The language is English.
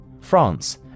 France